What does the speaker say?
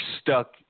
stuck